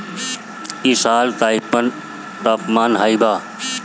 इ साल तापमान हाई बा